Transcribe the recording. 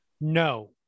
No